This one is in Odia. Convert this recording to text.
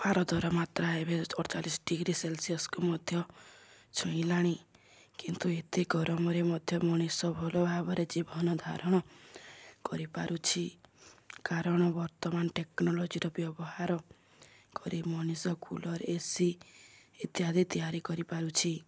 ଭାରତର ମାତ୍ରା ଏବେ ଅଠଚାଲିଶ ଡିଗ୍ରୀ ସେଲସିୟସକୁ ମଧ୍ୟ ଛୁଇଁଲାଣି କିନ୍ତୁ ଏତେ ଗରମରେ ମଧ୍ୟ ମଣିଷ ଭଲ ଭାବରେ ଜୀବନ ଧାରଣ କରିପାରୁଛି କାରଣ ବର୍ତ୍ତମାନ ଟେକ୍ନୋଲୋଜିର ବ୍ୟବହାର କରି ମଣିଷ କୁଲର୍ ଏ ସି ଇତ୍ୟାଦି ତିଆରି କରିପାରୁଛି